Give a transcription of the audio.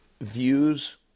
views